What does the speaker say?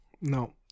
No